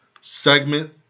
segment